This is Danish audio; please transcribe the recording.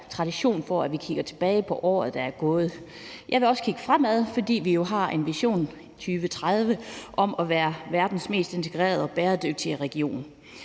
tradition for, at vi kigger tilbage på året, der er gået. Jeg vil også kigge fremad, fordi vi jo har en vision for 2030 om at være verdens mest integrerede og bæredygtige region.